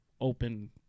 open